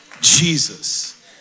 Jesus